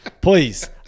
please